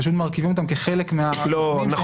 פשוט מרכיבים אותם כחלק --- נכון,